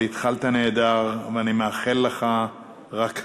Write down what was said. אבל התחלת נהדר, ואני מאחל לך רק הצלחה.